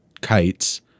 kites